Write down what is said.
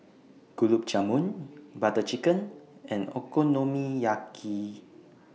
Gulab Jamun Butter Chicken and Okonomiyaki